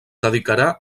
dedicarà